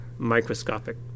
microscopic